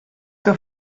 que